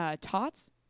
Tots